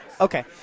Okay